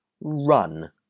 run